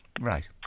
Right